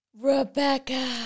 Rebecca